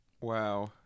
Wow